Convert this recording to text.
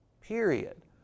period